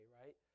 right